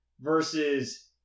versus